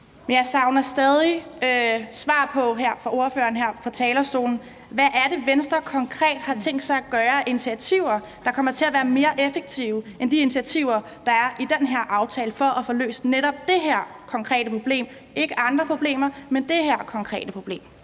fra talerstolen på, hvad det er, Venstre konkret har tænkt sig at tage af initiativer, der kommer til at være mere effektive end de initiativer, der er i den her aftale, for at få løst netop det her konkrete problem – ikke andre problemer, men det her konkrete problem.